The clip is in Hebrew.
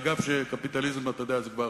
אגב, אתה יודע שקפיטליזם זה כבר